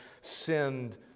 sinned